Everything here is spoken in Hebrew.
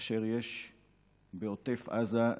כאשר יש בעוטף עזה,